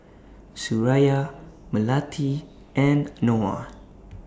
Suraya Melati and Noah